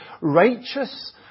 righteous